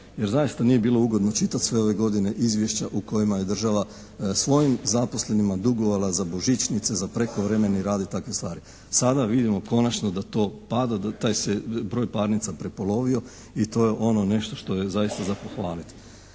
jer zaista nije bilo ugodno čitati sve ove godine izvješća u kojima je država svojim zaposlenima dugovala za božićnice, za prekovremeni rad i takve stvari. Sada vidimo konačno da to pada, da taj se broj parnica prepolovio i to je ono nešto što je zaista za pohvaliti.